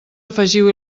afegiu